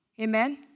Amen